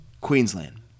Queensland